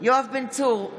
יואב בן צור,